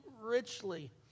richly